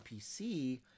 PC